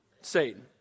Satan